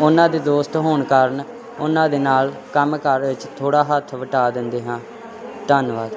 ਉਹਨਾਂ ਦੇ ਦੋਸਤ ਹੋਣ ਕਾਰਨ ਉਹਨਾਂ ਦੇ ਨਾਲ ਕੰਮ ਕਾਰ ਵਿੱਚ ਥੋੜ੍ਹਾ ਹੱਥ ਵਟਾ ਦਿੰਦੇ ਹਾਂ ਧੰਨਵਾਦ